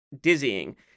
dizzying